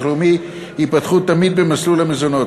לאומי ייפתחו תמיד במסלול המזונות.